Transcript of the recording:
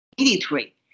military